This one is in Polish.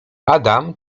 adam